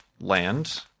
land